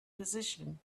position